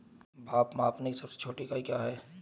भार मापने की सबसे छोटी इकाई क्या है?